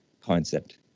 concept